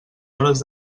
hores